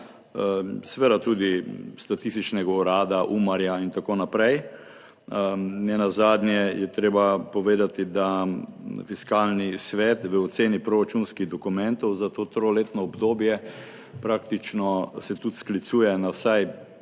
seveda tudi Statističnega urada, Umarja in tako naprej. Nenazadnje je treba povedati, da Fiskalni svet v oceni proračunskih dokumentov za to triletno obdobje praktično se tudi sklicuje na vsaj